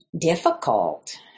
difficult